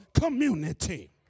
community